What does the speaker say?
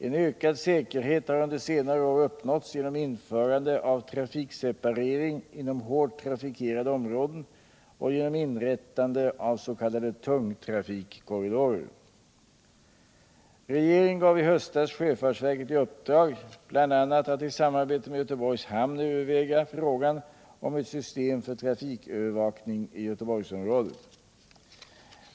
En ökad säkerhet har under senare år uppnåtts genom införande av trafikseparering inom hårt trafikerade områden och genom inrättande av s.k. tungtrafikkorridorer. Regeringen gav i höstas sjöfartsverket i uppdrag bl.a. att i samarbete med Göteborgs hamn överväga frågan om ett system för trafikövervakning i Göteborgsområdet.